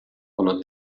bunu